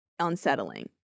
unsettling